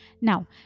Now